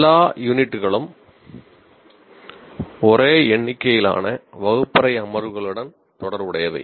எல்லா யூனிட்களும் ஒரே எண்ணிக்கையிலான வகுப்பறை அமர்வுகளுடன் தொடர்புடையவை